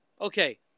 Okay